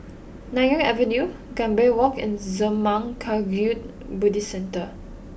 Nanyang Avenue Gambir Walk and Zurmang Kagyud Buddhist Centre